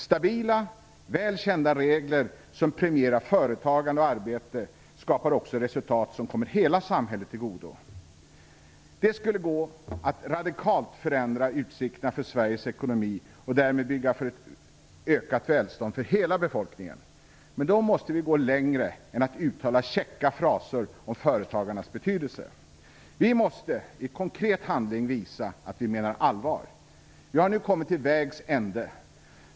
Stabila, väl kända regler som premierar företagande och arbete skapar också resultat som kommer hela samhället till godo. Det skulle gå att radikalt förändra utsikterna för Sveriges ekonomi och därmed bygga för ett ökat välstånd för hela befolkningen. Men då måste vi gå längre än att uttala käcka fraser om företagarnas betydelse. Vi måste i konkret handling visa att vi menar allvar. Vi har nu kommit till vägs ände.